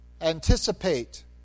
anticipate